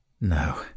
No